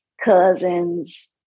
cousin's